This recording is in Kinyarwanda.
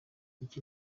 iki